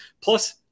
Plus